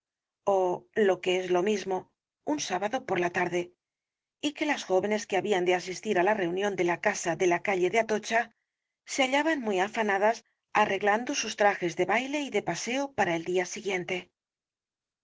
ó lo que es lo mismo un sábado por la tarde y que las jóvenes que habían de asistir á la reunión de la casa de la calle de atocha se hallaban muy afanadas arreglando sus trajes de baile y de paseo para el siguiente